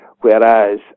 Whereas